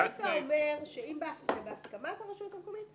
הסיפה אומרת שאם זה בהסכמת הרשות המקומית,